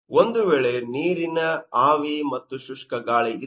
ಒಂದು ವೇಳೆ ನೀರಿನ ಆವಿ ಮತ್ತು ಶುಷ್ಕ ಗಾಳಿ ಇದ್ದರೆ